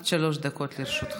אדוני, עד שלוש דקות לרשותך.